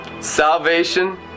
Salvation